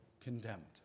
condemned